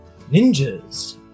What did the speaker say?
ninjas